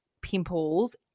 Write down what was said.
pimples